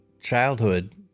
childhood